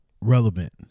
relevant